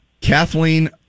Kathleen